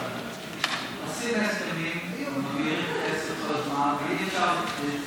עושים הסכמים ומעבירים כסף כל הזמן ואי-אפשר,